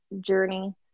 journey